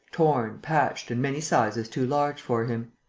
torn, patched and many sizes too large for him.